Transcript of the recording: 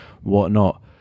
whatnot